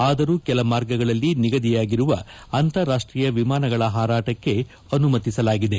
ಆದರೂ ಕೆಲ ಮಾರ್ಗಗಳಲ್ಲಿ ನಿಗದಿಯಾಗಿರುವ ಅಂತಾರಾಷ್ಟೀಯ ವಿಮಾನಗಳ ಹಾರಾಟಕ್ಕೆ ಅನುಮತಿಸಲಾಗಿದೆ